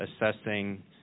assessing